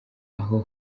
aho